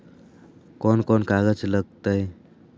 कौन कौन कागज लग तय?